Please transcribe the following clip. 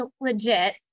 legit